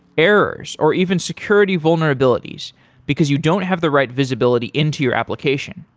errors or even security vulnerabilities because you don't have the right visibility into your application?